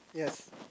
yes